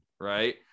right